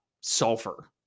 sulfur